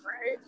right